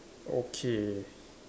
okay